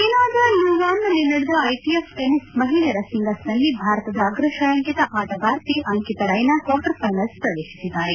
ಚೀನಾದ ಲೂವಾನ್ನಲ್ಲಿ ನಡೆದ ಐಟಿಎಫ್ ಟೆನಿಸ್ ಮಹಿಳೆಯರ ಸಿಂಗಲ್ಸ್ನಲ್ಲಿ ಭಾರತದ ಅಗ್ರ ಶ್ರೇಯಾಂಕಿತ ಆಟಗಾರ್ತಿ ಅಂಕಿತಾ ರೈನಾ ಕ್ವಾರ್ಟರ್ ಫೈನಲ್ಸ್ ಪ್ರವೇಶಿಸಿದ್ದಾರೆ